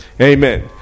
Amen